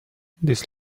this